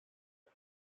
سخت